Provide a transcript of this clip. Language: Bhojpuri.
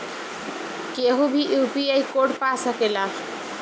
केहू भी यू.पी.आई कोड पा सकेला?